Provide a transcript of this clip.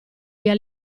via